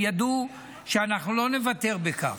הם ידעו שאנחנו לא נוותר בכך.